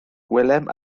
gwelem